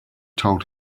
told